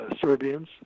Serbians